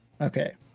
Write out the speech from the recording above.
okay